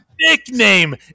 nickname